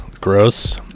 gross